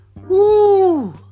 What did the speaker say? Woo